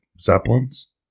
Zeppelins